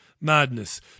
Madness